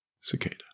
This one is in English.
Cicada